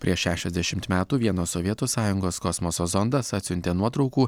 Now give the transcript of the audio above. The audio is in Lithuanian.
prieš šešiasdešimt metų vieno sovietų sąjungos kosmoso zondas atsiuntė nuotraukų